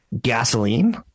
Gasoline